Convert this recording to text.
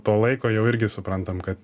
to laiko jau irgi suprantam kad